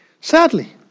Sadly